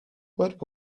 what